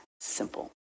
simple